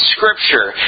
Scripture